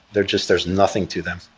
they're just there's nothing to them.